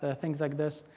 ah things like this.